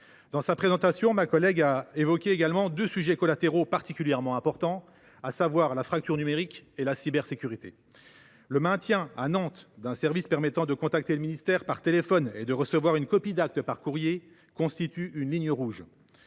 de la présentation du texte, notre collègue Cazebonne a évoqué deux sujets collatéraux particulièrement importants, à savoir la fracture numérique et la cybersécurité. Le maintien à Nantes d’un service permettant de contacter le ministère par téléphone et de recevoir une copie d’acte par courrier constitue une ligne rouge.